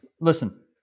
Listen